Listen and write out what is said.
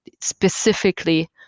specifically